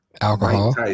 Alcohol